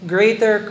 Greater